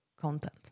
content